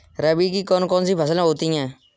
रबी की कौन कौन सी फसलें होती हैं?